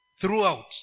throughout